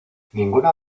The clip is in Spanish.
ninguna